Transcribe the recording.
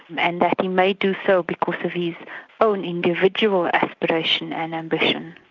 and that he may do so because of his own individual aspiration and ambition.